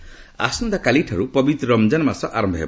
ରମଜାନ ଆସନ୍ତାକାଲିଠାରୁ ପବିତ୍ର ରମଜାନ ମାସ ଆରମ୍ଭ ହେବ